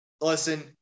Listen